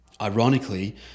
Ironically